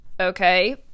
okay